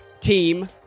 team